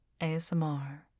ASMR